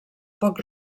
poc